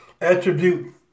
attribute